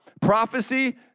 prophecy